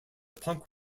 punk